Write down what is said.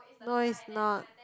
no it's not